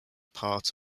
part